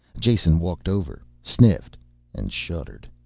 jason walked over, sniffed and shuddered.